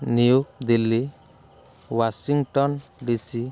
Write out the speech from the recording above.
New Delhi Washington DC